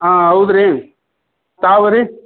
ಆಂ ಹೌದ್ ರೀ ತಾವು ರೀ